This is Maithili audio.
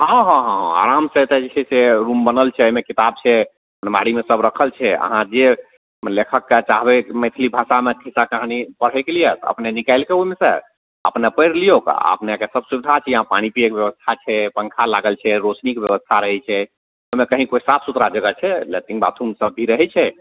हँ हँ हँ आरामसँ एतऽ जे छै से रूम बनल छै अइमे किताब छै अलमारीमे सब रखल छै अहाँ जे लेखकके चाहबय मैथिली भाषामे खिस्सा कहानी पढ़यके लिये अपने निकालि कऽ ओइमेसँ अपने पढ़ि लियौक आओर अपनेके सब सुविधा छै यहाँ पानि पियैके व्यवस्था छै पङ्खा लागल छै रोशनीके व्यवस्था रहय छै ओइमे कहीं कोइ साफ सुथड़ा जगह छै लेट्रिंन बाथरूम सब भी रहय छै